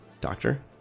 doctor